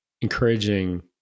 encouraging